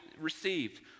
received